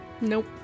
Nope